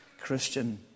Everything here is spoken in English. Christian